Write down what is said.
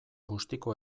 bustiko